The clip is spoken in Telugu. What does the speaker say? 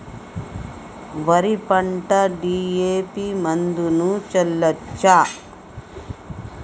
వరి పంట డి.ఎ.పి మందును చల్లచ్చా?